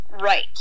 right